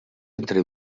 entre